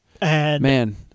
Man